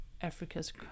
Africa's